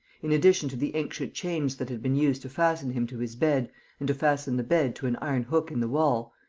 in addition to the ancient chains that had been used to fasten him to his bed and to fasten the bed to an iron hook in the wall,